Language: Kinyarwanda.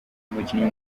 umukinnyi